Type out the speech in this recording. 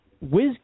whiz